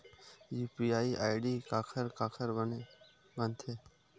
UPI ID काखर काखर बनथे?